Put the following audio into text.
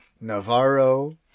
Navarro